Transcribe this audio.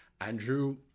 Andrew